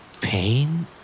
Pain